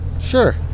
sure